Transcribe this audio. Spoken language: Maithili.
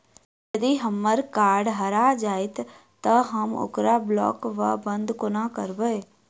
यदि हम्मर कार्ड हरा जाइत तऽ हम ओकरा ब्लॉक वा बंद कोना करेबै?